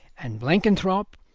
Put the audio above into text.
and blenkinthrope,